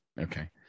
Okay